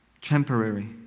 temporary